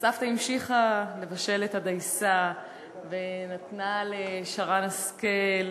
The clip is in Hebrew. וסבתא המשיכה לבשל את הדייסה ונתנה לשרן השכל,